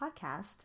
podcast